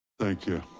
thank you.